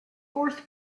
force